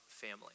family